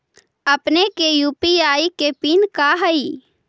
अपने के यू.पी.आई के पिन का हई